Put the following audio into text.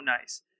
nice